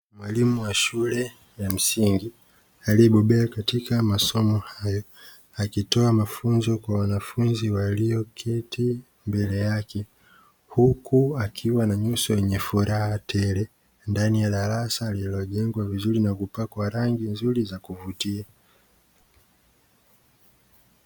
Mwalimu wa shule ya msingi, aliyebobeya katika masomo hayo, akitoa mafunzo kwa wanafunzi walioketi mbele yake, huku akiwa na nyuso yenye furaha tele ndani ya darasa lililojengwa vizuri na kupakwa rangi nzuri za kuvutia.